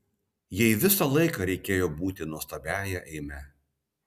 jai visą laiką reikėjo būti nuostabiąja eime